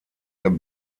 der